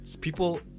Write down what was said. people